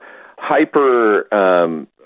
hyper